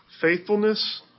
faithfulness